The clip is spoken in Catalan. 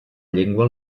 llengua